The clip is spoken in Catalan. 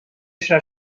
serà